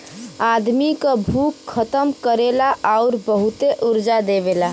आदमी क भूख खतम करेला आउर बहुते ऊर्जा देवेला